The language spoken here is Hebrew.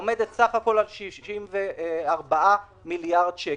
עומדת סך הכל על 64 מיליארד שקל.